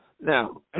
Now